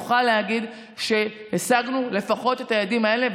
נוכל להגיד שהשגנו לפחות את היעדים האלה,